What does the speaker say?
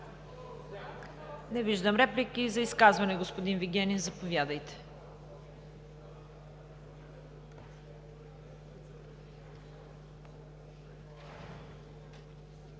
Не виждам. За изказване – господин Вигенин, заповядайте.